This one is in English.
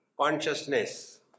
consciousness